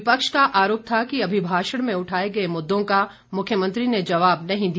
विपक्ष का आरोप था कि अभिभाषण में उठाए गए मुद्दों का मुख्यमंत्री ने जवाब नहीं दिया